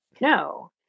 No